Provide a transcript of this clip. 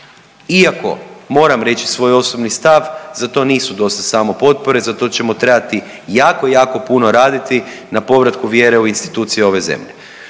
Iako moram reći svoj osobni stav, za to nisu dosta samo potpore. Za to ćemo trebati jako, jako puno raditi na povratku vjere u institucije ove zemlje.